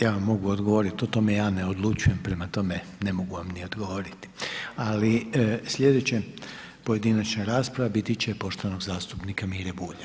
Ja vam mogu odgovoriti, o tome ja ne odlučujem, prema tome ne mogu vam ni odgovoriti, ali slijedeća pojedinačna rasprava biti će poštovanog zastupnika Mire Bulja.